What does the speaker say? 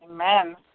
Amen